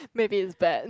maybe is bad